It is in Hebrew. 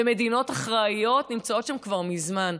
ומדינות אחראיות נמצאות שם כבר מזמן,